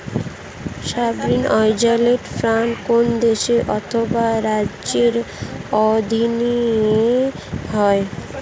sovereign wealth fund কোন দেশ অথবা রাজ্যের অধীনে হয়